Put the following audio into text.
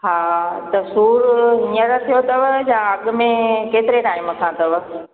हा त सूरु हींअर थियो अथव या अॻु में केतिरे टाइम खां अथव